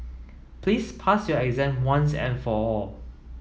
please pass your exam once and for all